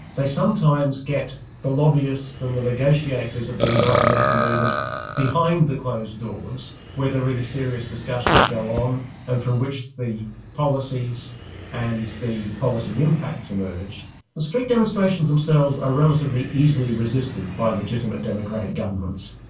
they sometimes get the lobbyists and the negotiators of the environmental movement behind the closed doors where the really serious discussions go on and from which the policies and the policy impacts emerge, but street demonstrations themselves are relatively easily resisted by legitimate democratic governments.